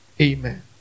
amen